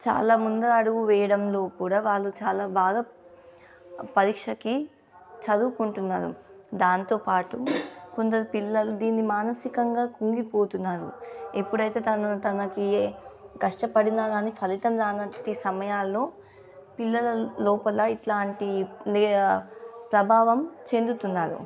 చాలా ముందు అడుగు వేయడంలో కూడా వాళ్ళు చాలా బాగా పరీక్షకి చదువుకుంటున్నారు దాంతోపాటు కొందరు పిల్లలు దీన్ని మానసికంగా కుంగిపోతున్నారు ఎప్పుడైతే తన తనకి కష్టపడిన కానీ ఫలితం రానట్టి సమయాల్లో పిల్లల లోపల ఇట్లాంటి ప్రభావం చెందుతున్నారు